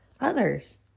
others